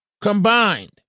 combined